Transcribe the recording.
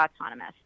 autonomous